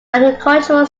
agricultural